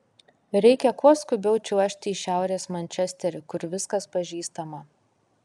reikia kuo skubiau čiuožti į šiaurės mančesterį kur viskas pažįstama